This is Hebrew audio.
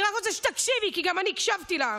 אני רק רוצה שתקשיבי, כי גם אני הקשבתי לך.